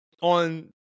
on